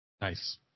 Nice